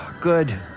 good